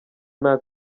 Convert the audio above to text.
nta